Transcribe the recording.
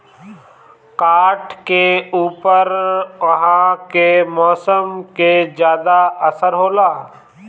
काठ के ऊपर उहाँ के मौसम के ज्यादा असर होला